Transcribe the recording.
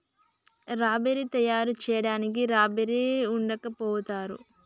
రబ్బర్ని తయారు చేయడానికి రబ్బర్ని ఉడకబెడతారు